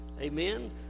Amen